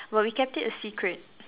well we kept it a secret